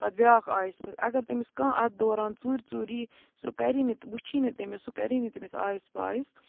پَتہٕ بیٛاکھ آیِس اگر تٔمِس کانٛہہ اتھ دوران ژوٗرِ ژوٗرِ یی سُہ کَری نہٕ تہٕ وٕچھی نہٕ تٔمِس سُہ کَری نہٕ تٔمِس آیِس پایِس